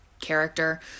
character